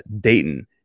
Dayton